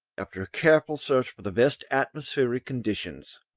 after a careful search for the best atmospheric conditions,